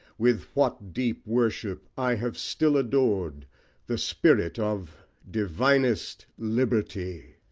with what deep worship i have still adored the spirit of divinest liberty.